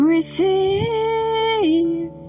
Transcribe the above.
Receive